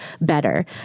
better